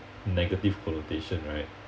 negative connotation right